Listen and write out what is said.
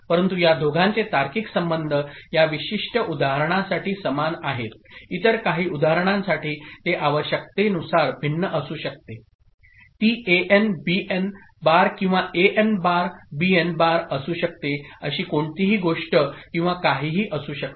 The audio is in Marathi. परंतु या दोघांचे तार्किक संबंध या विशिष्ट उदाहरणासाठी समान आहेत इतर काही उदाहरणांसाठी ते आवश्यकतेनुसार भिन्न असू शकते ती एएन बीएन बार किंवा एएन बार बीएन बार असू शकते अशी कोणतीही गोष्ट किंवा काहीही असू शकते